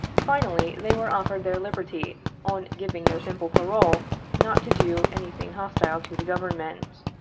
finally, they were offered their liberty on giving their simple parole not to do anything hostile to the government.